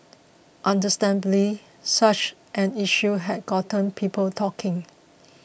understandably such an issue has gotten people talking